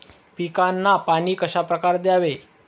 पिकांना पाणी कशाप्रकारे द्यावे?